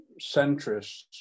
centrists